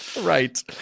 Right